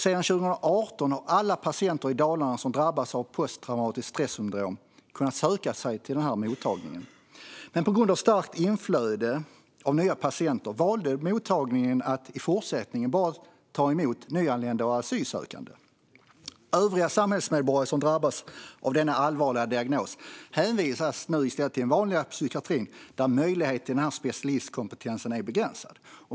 Sedan 2018 har alla patienter i Dalarna som drabbats av posttraumatiskt stressyndrom kunnat söka sig till denna mottagning. Men på grund av starkt inflöde av nya patienter har mottagningen valt att i fortsättningen endast ta emot nyanlända och asylsökande. Övriga samhällsmedborgare som får denna allvarliga diagnos hänvisas nu i stället till den vanliga psykiatrin, där möjligheten att få tillgång till denna specialistkompetens är begränsad.